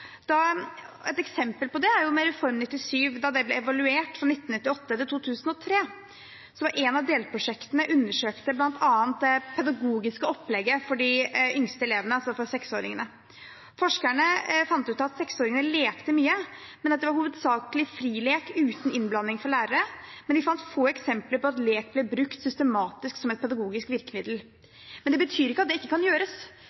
Et eksempel på det er da Reform 97 ble evaluert fra 1998 til 2003. Et av delprosjektene undersøkte bl.a. det pedagogiske opplegget for de yngste elevene, altså for seksåringene. Forskerne fant ut at seksåringene lekte mye, men at det var hovedsakelig frilek uten innblanding fra lærere, og de fant få eksempler på at lek ble brukt systematisk som et pedagogisk virkemiddel. Men det betyr ikke at det ikke kan gjøres.